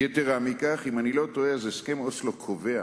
יתירה מזו, אם אני לא טועה, הסכם אוסלו קובע